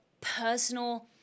personal